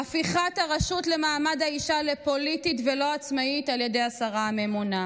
הפיכת הרשות למעמד האישה לפוליטית ולא עצמאית על ידי השרה הממונה,